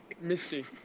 Misty